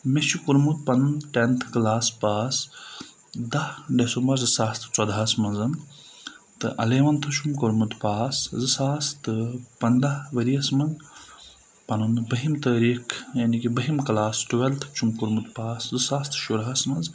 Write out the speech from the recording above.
مےٚ چھُ کوٚرمُت پَنُن ٹؠنتھ کٕلاس پاس دہ ڈیسمبر زٕ ساس تہٕ ژۄدہَس منٛز تہٕ الیوَنتھٕ چھُم کوٚرمُت پاس زٕ ساس تہٕ پنٛداہ ؤریَس منٛز پَنُن بَہِم تٲریٖخ یعنے کہِ بَہِم کلاس ٹُوَیٚلتھٕ چھُم کوٚرمُت پاس زٕ ساس تہٕ شُراہَس منٛز